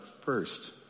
first